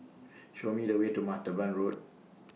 Show Me The Way to Martaban Road